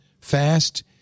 fast